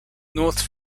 north